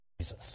Jesus